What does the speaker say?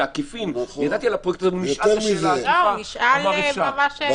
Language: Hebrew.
הוא נשאל שאלה עקיפה והוא אמר שאפשר.